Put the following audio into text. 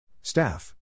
Staff